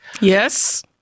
Yes